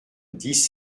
dix